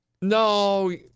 No